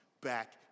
back